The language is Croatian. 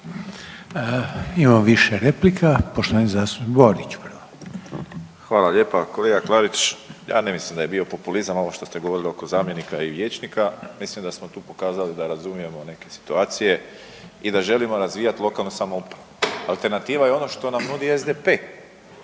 Borić prva. **Borić, Josip (HDZ)** Hvala lijepa. Kolega Klarić, ja ne mislim da je bio populizam ovo što ste govorili oko zamjenika i vijećnika. Mislim da smo tu pokazali da razumijemo neke situacije i da želimo razvijati lokalnu samoupravu. Alternativa je ono što nam nudi SDP.